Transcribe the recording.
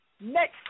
next